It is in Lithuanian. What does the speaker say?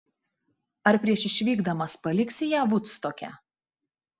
ar prieš išvykdamas paliksi ją vudstoke